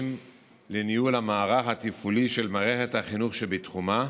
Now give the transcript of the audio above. לניהול המערך התפעולי של מערכת החינוך שבתחומה,